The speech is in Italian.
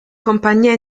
compagnia